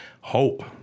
Hope